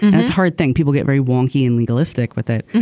it's hard thing people get very wonky and legalistic with it.